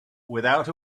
without